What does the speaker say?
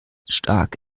stark